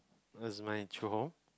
where is my true home